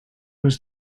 was